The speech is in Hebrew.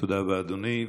תודה רבה, אדוני.